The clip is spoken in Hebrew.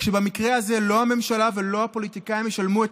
רק שבמקרה הזה לא הממשלה ולא הפוליטיקאים ישלמו את